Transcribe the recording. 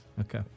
Okay